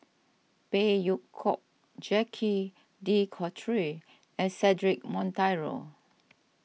Phey Yew Kok Jacques De Coutre and Cedric Monteiro